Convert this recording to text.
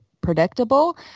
predictable